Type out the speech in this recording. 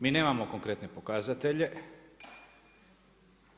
Mi nemamo konkretne pokazatelje,